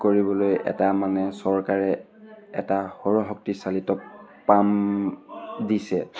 কৰিবলৈ এটা মানে চৰকাৰে এটা সৌৰশক্তি চালিত পাম দিছে